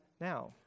now